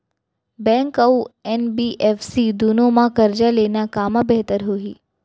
Bank अऊ NBFC दूनो मा करजा लेना कामा बेहतर होही?